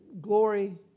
glory